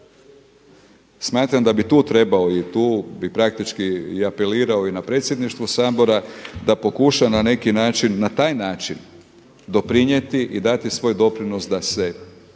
Smatram da bi tu trebao i tu bi praktički apelirao i na predsjedništvo Sabora da pokuša na neki način na taj način doprinijeti i dati svoj doprinos da se